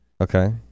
Okay